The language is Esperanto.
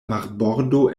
marbordo